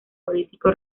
político